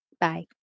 Bye